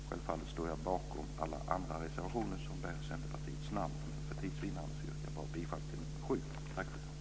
Självfallet står jag bakom alla andra reservationer som bär Centerpartiets namn, men för tids vinnande yrkar jag bifall bara till reservation nr 7.